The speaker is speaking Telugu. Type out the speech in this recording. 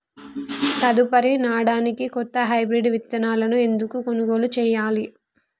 తదుపరి నాడనికి కొత్త హైబ్రిడ్ విత్తనాలను ఎందుకు కొనుగోలు చెయ్యాలి?